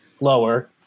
lower